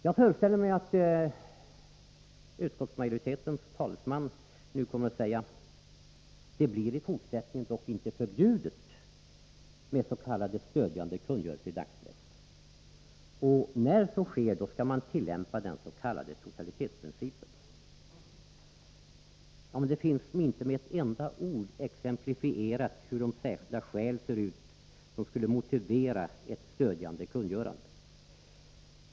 Jag föreställer mig att utskottsmajoritetens talesman nu kommer att säga: Det blir i fortsättningen dock inte förbjudet med s.k. stödjande kungörelser i dagspressen. I samband med sådana kungörelser skall den s.k. totalitetsprincipen tillämpas. Det finns inte med ett enda ord exemplifierat vilka de särskilda skäl är som skulle motivera ett stödjande kungörande.